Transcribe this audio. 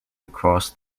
across